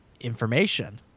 information